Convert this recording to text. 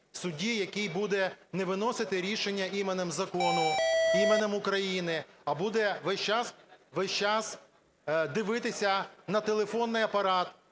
Судді, який буде не виносити рішення іменем закону, іменем України, а буде весь час, весь час дивитися на телефонний апарат,